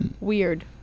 weird